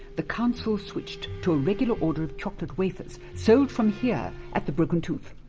the council switched to a regular order of chocolate wafers, sold from here at the broken tooth.